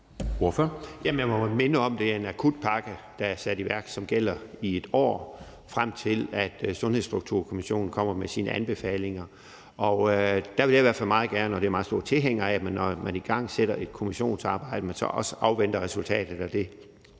Jamen jeg må minde om, at det er en akutpakke, der er sat i værk, som gælder i et år, frem til at Sundhedsstrukturkommissionen kommer med sine anbefalinger. Og der vil jeg i hvert fald meget gerne have – og det er jeg meget stor tilhænger af – at når man igangsætter et kommissionsarbejde, så afventer man også resultatet af det,